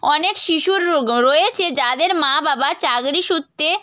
অনেক শিশু রয়েছে যাদের মা বাবা চাকরি সূত্রে